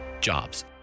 jobs